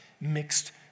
mixed